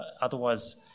Otherwise